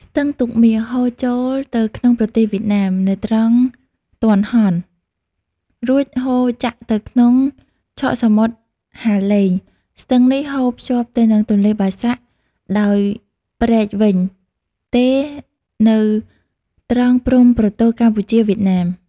ស្ទឹងទូកមាស ហូរចូលទៅក្នុងប្រទេសវៀតណាម នៅត្រង់ទាន់ហន់ រួចហូរចាក់ទៅក្នុងឆកសមុទ្រហាឡេង ស្ទឹងនេះហូរភ្ជាប់ទៅនឹងទន្លេបាសាក់ដោយព្រែកវិញទេរនៅត្រង់ព្រំប្រទល់កម្ពុជា-វៀតណាម។